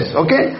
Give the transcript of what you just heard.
okay